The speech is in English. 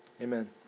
Amen